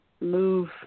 move